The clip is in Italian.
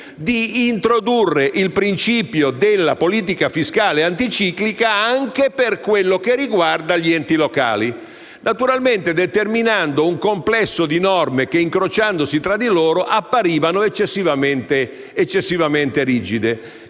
di introdurre il principio della politica fiscale anticiclica anche per quanto riguarda gli enti locali, con ciò naturalmente determinando un complesso di norme che, incrociandosi tra di loro, apparivano eccessivamente rigide.